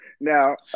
Now